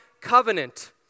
covenant